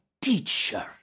teacher